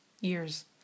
years